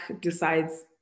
decides